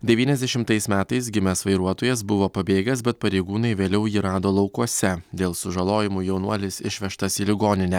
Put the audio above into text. devyniasdešimtais metais gimęs vairuotojas buvo pabėgęs bet pareigūnai vėliau jį rado laukuose dėl sužalojimų jaunuolis išvežtas į ligoninę